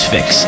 Fix